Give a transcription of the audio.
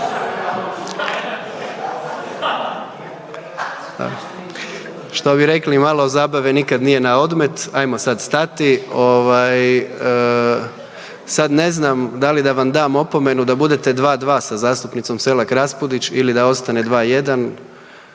Što bi rekli malo zabave nikad nije na odmet, ajmo sad stati. Ovaj, sad ne znam da li da vam dam opomenu da budete 2:2 sa zastupnicom Selak Raspudić ili da ostane 2:1,